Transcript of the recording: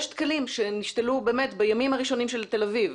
יש דקלים שנשתלו בימים הראשונים של תל אביב,